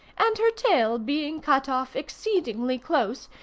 and her tail being cut off exceedingly close,